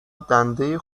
دنده